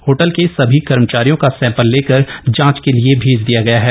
hotel के सभी कर्मचारियों का सैम्पल लेकर जांच के लिए भैज दिया गया है